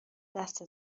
دست